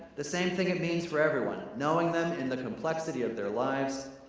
the same thing it means for everyone. knowing them in the complexity of their lives,